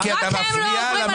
הצבעה לא אושרה.